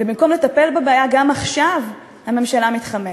ובמקום לטפל בבעיה, גם עכשיו הממשלה מתחמקת.